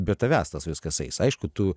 be tavęs tas viskas eis aišku tu